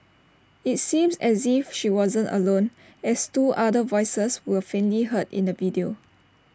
IT seems as if she wasn't alone as two other voices were faintly heard in the video